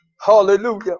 hallelujah